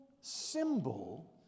symbol